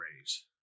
raise